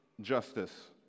justice